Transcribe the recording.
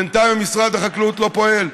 בינתיים משרד החקלאות לא פועל.